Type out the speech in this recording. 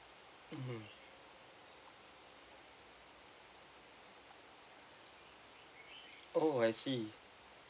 mmhmm oh I see